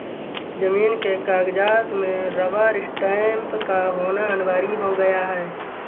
जमीन के कागजात में रबर स्टैंप का होना अनिवार्य हो गया है